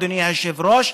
אדוני היושב-ראש,